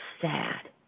sad